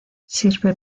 sirve